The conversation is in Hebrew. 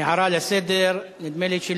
נוכח במליאה.